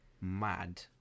mad